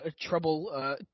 trouble